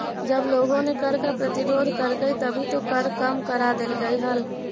जब लोगों ने कर का प्रतिरोध करकई तभी तो कर कम करा देलकइ हल